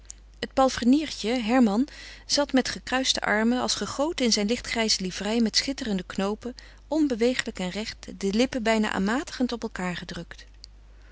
het palfreniertje herman zat met gekruiste armen als gegoten in zijn lichtgrijze livrei met schitterende knoopen onbeweeglijk en recht de lippen bijna aanmatigend op elkaâr gedrukt